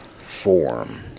form